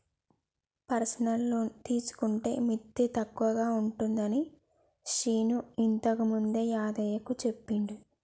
personal loan తీసుకుంటే మిత్తి తక్కువగా ఉంటుందని శీను ఇంతకుముందే యాదయ్యకు చెప్పిండు